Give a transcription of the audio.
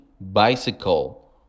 bicycle